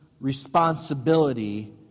responsibility